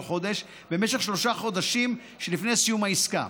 חודש במשך שלושת החודשים שלפני סיום העסקה.